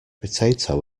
potato